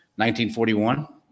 1941